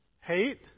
Hate